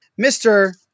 Mr